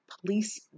police